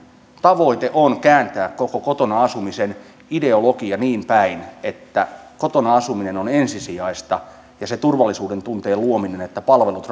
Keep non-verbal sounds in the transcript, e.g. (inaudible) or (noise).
tavoite on kääntää koko kotona asumisen ideologia niinpäin että kotona asuminen on ensisijaista ja se turvallisuudentunteen luominen että palvelut (unintelligible)